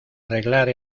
arreglar